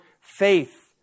faith